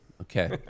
Okay